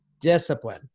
discipline